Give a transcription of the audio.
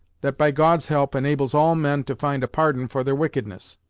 that, by god's help, enables all men to find a pardon for their wickednesses,